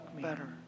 better